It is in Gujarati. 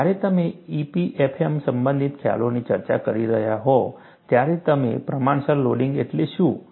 જ્યારે તમે EPFM સંબંધિત ખ્યાલોની ચર્ચા કરી રહ્યાં હોવ ત્યારે અને પ્રમાણસર લોડિંગ એટલે શું